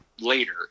later